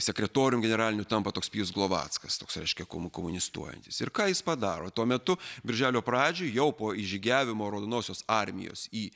sekretorium generaliniu tampa toks pijus glovackas toks reiškia kom komunistuojantis ir ką jis padaro tuo metu birželio pradžioj jau po įžygiavimo raudonosios armijos į